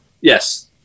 Yes